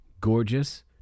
gorgeous